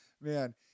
man